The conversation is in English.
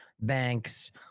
banks